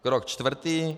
Krok čtvrtý.